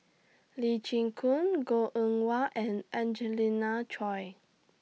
Lee Chin Koon Goh Eng Wah and Angelina Choy